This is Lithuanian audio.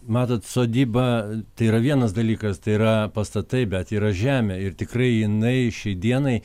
matot sodyba tai yra vienas dalykas tai yra pastatai bet yra žemė ir tikrai jinai šiai dienai